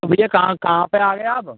तो भईया कहाँ कहाँ पे आ गए आप